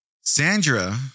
Sandra